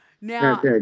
Now